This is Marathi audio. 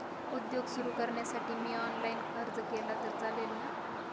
उद्योग सुरु करण्यासाठी मी ऑनलाईन अर्ज केला तर चालेल ना?